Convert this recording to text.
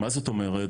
מה זאת אומרת?